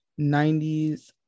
90s